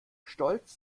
stolz